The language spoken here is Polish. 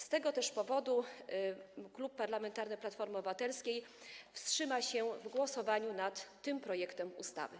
Z tego też powodu Klub Parlamentarny Platforma Obywatelska wstrzyma się od głosu w głosowaniu nad tym projektem ustawy.